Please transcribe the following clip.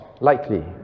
likely